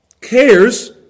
Cares